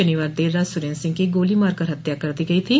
शनिवार देर रात सुरेन्द्र सिंह की गोली मार कर हत्या कर दी गई थी